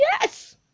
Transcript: yes